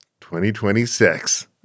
2026